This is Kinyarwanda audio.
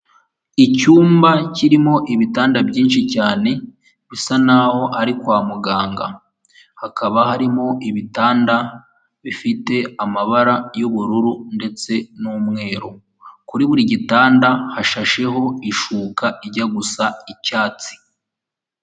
Icyumba kirimo ibitanda byinshi cyane bisa n'aho ari kwa muganga, hakaba harimo ibitanda bifite amabara y'ubururu ndetse n'umweru, kuri buri gitanda hashasheho ishuka ijya gusa icyatsi.